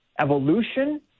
evolution